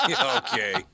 okay